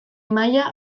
maila